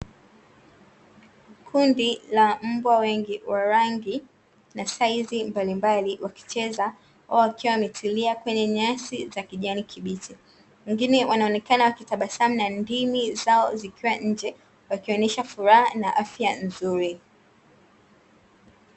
Kundi la mbwa wengi wa rangi na saizi mbalimbali, wakicheza au wakiwa wametulia kwenye nyasi za kijani kibichi. Wengine wanaonekana wakitabasamu, na ndimi zao zikiwa nje wakionyesha furaha na afya nzuri.